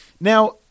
Now